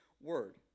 word